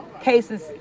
cases